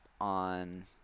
on